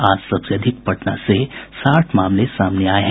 आज सबसे अधिक पटना से साठ मामले सामने आये हैं